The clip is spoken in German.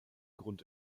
grund